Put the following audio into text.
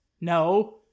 no